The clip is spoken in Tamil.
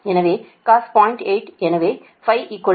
எனவே cos 0